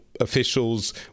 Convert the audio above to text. officials